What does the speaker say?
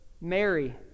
Mary